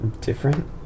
different